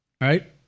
right